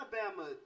Alabama